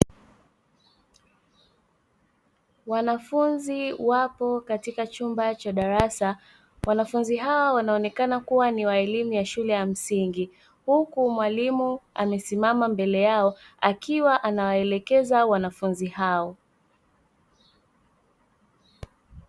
Wanafunzi wapo katika chumba cha darasa, wanafunzi hao wanaonekana kuwa ni wa elimu ya shule ya msingi, huku mwalimu amesimama mbele yao akiwa anawaelekeza wanafunzi hao.